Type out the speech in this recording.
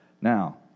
Now